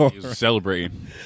celebrating